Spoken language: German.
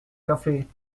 kaffee